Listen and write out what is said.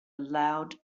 loud